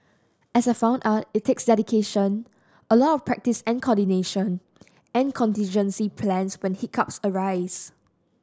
as I found out it takes dedication a lot of practice and coordination and contingency plans when hiccups arise